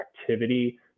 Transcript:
activity